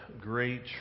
great